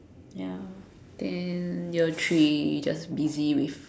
ya then year three just busy with